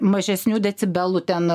mažesnių decibelų ten